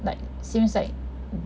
like seems like